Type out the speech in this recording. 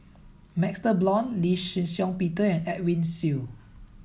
MaxLe Blond Lee Shih Shiong Peter and Edwin Siew